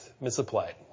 misapplied